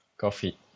Coffee